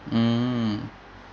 mm